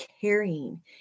carrying